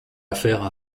affaire